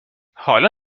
حالا